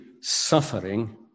suffering